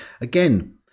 again